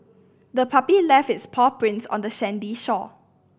the puppy left its paw prints on the sandy shore